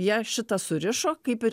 jie šitą surišo kaip ir